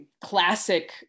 classic